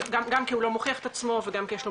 גם כי הוא לא מוכיח את עצמו וגם כי יש לו